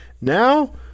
Now